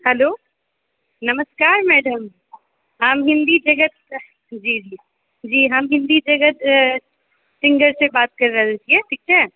hello नमस्कार madam हम हिन्दी तेजससँ जी जी हम जी हिन्दी तेजस सिङ्गरसँ बात कऽ रहल छियै ठीक छै